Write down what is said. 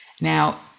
Now